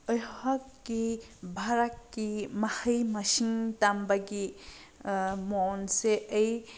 ꯑꯩꯍꯥꯛꯀꯤ ꯚꯥꯔꯠꯀꯤ ꯃꯍꯩ ꯃꯁꯤꯡ ꯇꯝꯕꯒꯤ ꯃꯑꯣꯡꯁꯦ ꯑꯩ